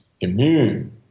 immune